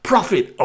Profit